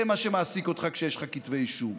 זה מה שמעסיק אותך כשיש לך כתבי אישום.